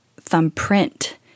thumbprint